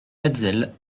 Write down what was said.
hetzel